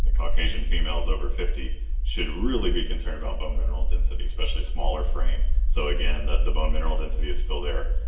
ah caucasian females over fifty should really be concerned about bone mineral density especially smaller frame so again the the bone mineral density is still there,